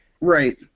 right